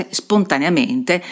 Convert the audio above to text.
spontaneamente